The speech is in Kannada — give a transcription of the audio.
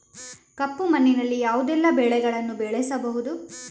ಕಪ್ಪು ಮಣ್ಣಿನಲ್ಲಿ ಯಾವುದೆಲ್ಲ ಬೆಳೆಗಳನ್ನು ಬೆಳೆಸಬಹುದು?